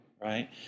right